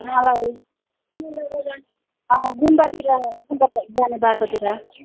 मलाई गुम्बातिर गुम्बाटार जाने बाटोतिर